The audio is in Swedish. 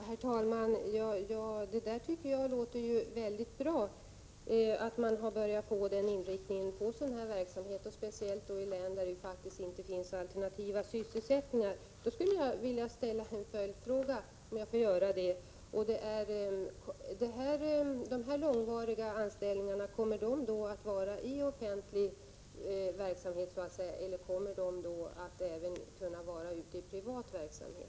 Herr talman! Det låter ju väldigt bra att man har börjat få denna inriktning på sin verksamhet, speciellt i de län där det faktiskt inte finns några alternativa sysselsättningar. Därför skulle jag vilja ställa en följdfråga, om jag får: Kommer de här långvariga anställningarna att finnas i offentlig verksamhet, eller kommer de även att finnas ute i privat verksamhet?